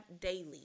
daily